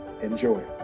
Enjoy